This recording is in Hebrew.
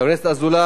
חבר הכנסת אזולאי,